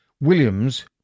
Williams